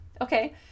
okay